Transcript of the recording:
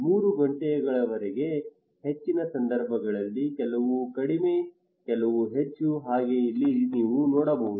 ಮೂರು ಗಂಟೆಗಳವರೆಗೆ ಹೆಚ್ಚಿನ ಸಂದರ್ಭಗಳಲ್ಲಿ ಕೆಲವು ಕಡಿಮೆ ಕೆಲವು ಹೆಚ್ಚು ಹಾಗೆ ಇಲ್ಲಿ ನೀವು ನೋಡಬಹುದು